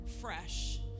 fresh